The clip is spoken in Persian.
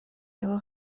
یهو